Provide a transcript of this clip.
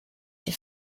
the